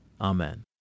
Amen